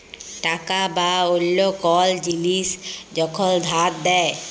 টাকা বা অল্য কল জিলিস যখল ধার দেয়